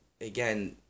Again